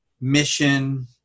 mission